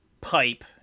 pipe